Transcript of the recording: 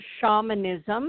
Shamanism